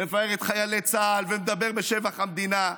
מפאר את חיילי צה"ל ומדבר בשבח המדינה,